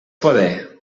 poder